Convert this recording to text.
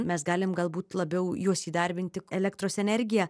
mes galim galbūt labiau juos įdarbinti elektros energiją